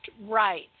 right